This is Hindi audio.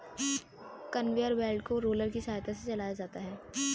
कनवेयर बेल्ट को रोलर की सहायता से चलाया जाता है